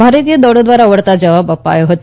ભારતીય દળો દ્વારા વળતો જવાબ અપાયો હતો